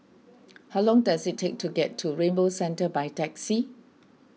how long does it take to get to Rainbow Centre by taxi